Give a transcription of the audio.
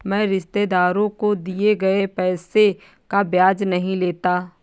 मैं रिश्तेदारों को दिए गए पैसे का ब्याज नहीं लेता